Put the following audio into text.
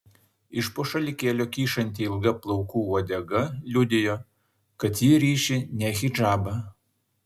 iš po šalikėlio kyšanti ilga plaukų uodega liudijo kad ji ryši ne hidžabą